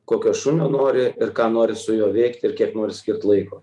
kokio šunio nori ir ką nori su juo veikti ir kiek nori skirt laiko